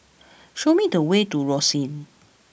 show me the way to Rosyth